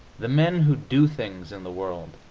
the men who do things in the world,